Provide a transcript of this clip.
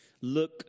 look